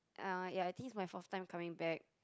uh ya I think it's my fourth time coming back